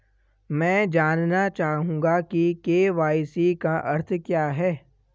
मैं जानना चाहूंगा कि के.वाई.सी का अर्थ क्या है?